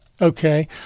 Okay